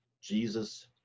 Jesus